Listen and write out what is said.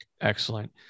Excellent